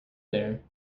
there